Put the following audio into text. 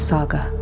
Saga